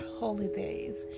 holidays